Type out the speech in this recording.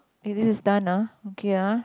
eh this is done ah okay ah